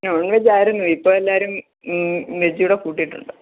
non veg ആയിരുന്നു ഇപ്പോൾ എല്ലാവരും വെജ്ജും കൂടെ കൂട്ടിയിട്ടുണ്ട്